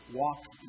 walks